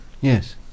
Yes